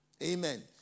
Amen